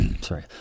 sorry